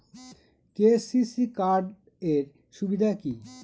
KCC card এর সুবিধা কি?